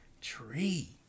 tree